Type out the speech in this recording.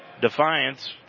Defiance